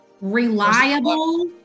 reliable